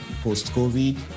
post-COVID